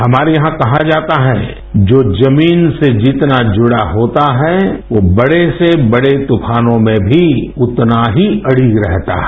हमारे यहाँ कहा जाता है जो जमीन से जितना जुड़ा होता है वो बड़े से बड़े तूफानों में भी उतना ही अडिग रहता है